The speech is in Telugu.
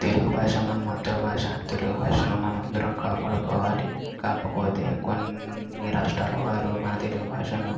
తెలుగు భాష మన మాతృభాష తెలుగు భాషను మనమందరం కాపాడుకోవాలి కాకపోతే కొన్ని రాష్ట్రాల వారు మన తెలుగు భాషను